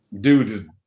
dude